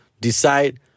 decide